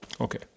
okay